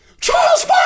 charles